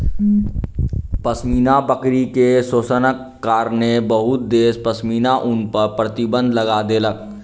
पश्मीना बकरी के शोषणक कारणेँ बहुत देश पश्मीना ऊन पर प्रतिबन्ध लगा देलक